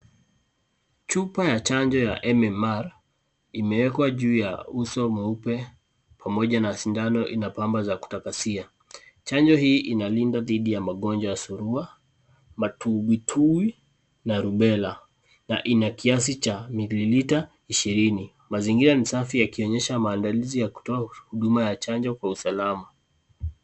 Chupa ya chanjo ya mmr imeekwa juu ya usi mweupe pamoja na shindano ina pamba ya kutakasia chanjo hii inalinda dhidi ya magonjwa za surua, matubitui na rubela na ina kiasi cha mililita ishirini mazingina ni safi yakioonyesha maandalizi kutoa huduma ya chanjo kwa usalama .